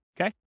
Okay